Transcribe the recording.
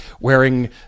wearing